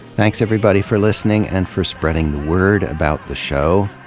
thanks, everybody, for listening and for spreading the word about the show.